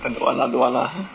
I don't want lah don't want lah